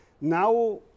Now